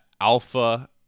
alpha